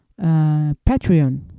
Patreon